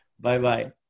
bye-bye